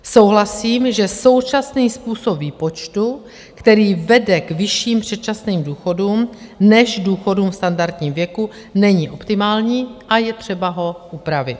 Souhlasím, že současný způsob výpočtu, který vede k vyšším předčasným důchodům než důchodům v standardním věku, není optimální a je třeba ho upravit.